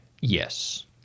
Yes